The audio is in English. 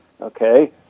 Okay